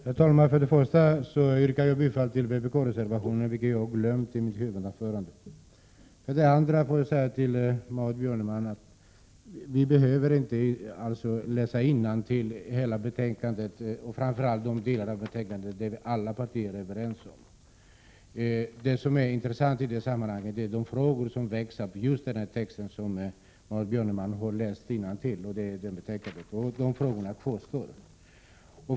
Herr talman! För det första yrkar jag bifall till vpk-reservationen vilket jag glömde i mitt huvudanförande. För det andra vill jag säga till Maud Björnemalm att vi inte behöver läsa hela betänkandet innantill här i kammaren, framför allt inte de delar av betänkandet som vi alla är överens om. Det intressanta i sammanhanget är de frågor som väcks av just den text som Maud Björnemalm läste upp ur betänkandet. Frågorna kvarstår.